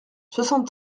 soixante